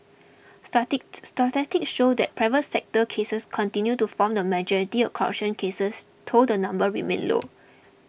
started statistics showed that private sector cases continued to form the majority of corruption cases though the number remained low